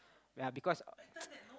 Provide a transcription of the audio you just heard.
ya because